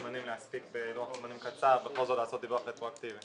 שנספיק בלוח זמנים קצר ופה זה לעשות דיווח רטרואקטיבי.